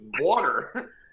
water